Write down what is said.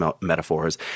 metaphors